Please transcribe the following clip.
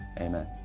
Amen